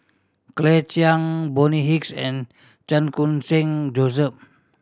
Claire Chiang Bonny Hicks and Chan Khun Sing Joseph